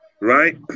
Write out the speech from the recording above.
right